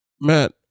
Matt